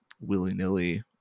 willy-nilly